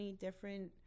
different